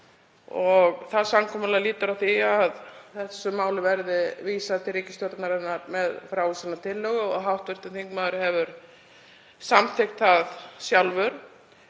Það samkomulag lýtur að því að þessu máli verði vísað til ríkisstjórnarinnar með frávísunartillögu og hv. þingmaður hefur samþykkt það sjálfur.